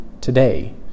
today